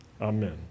Amen